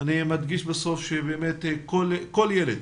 אני מדגיש בסוף שבאמת כל ילד